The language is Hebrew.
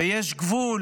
ויש גבול